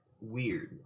weird